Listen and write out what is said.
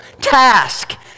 task